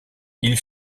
ils